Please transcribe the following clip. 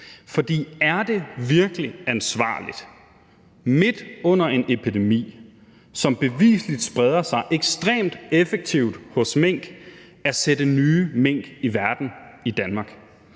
For er det virkelig ansvarligt midt under en epidemi, som bevisligt spreder sig ekstremt effektivt hos mink, at sætte nye mink i verden i Danmark?